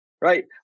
Right